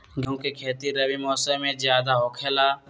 गेंहू के खेती रबी मौसम में ज्यादा होखेला का?